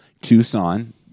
Tucson